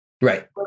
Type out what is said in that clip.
right